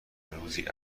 روزی